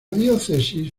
diócesis